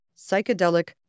psychedelic